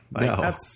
No